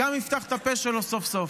יפתח את הפה שלו סוף-סוף.